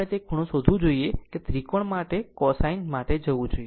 આમ આપણે તે ખૂણો શોધવું જોઈએ કે જે ત્રિકોણ માટે તે cosine માટે જવું જોઈએ